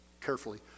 carefully